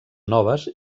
noves